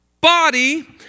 body